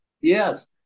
Yes